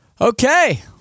Okay